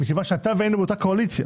מכיוון שאתה ואני היינו באותה קואליציה,